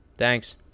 thanks